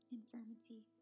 infirmity